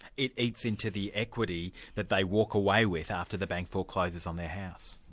it eats into the equity that they walk away with after the bank forecloses on their house.